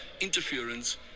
interference